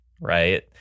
right